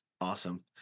Awesome